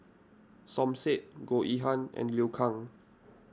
Som Said Goh Yihan and Liu Kang